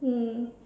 mm